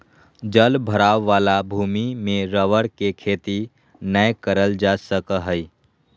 जल भराव वाला भूमि में रबर के खेती नय करल जा सका हइ